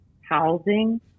housing